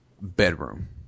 bedroom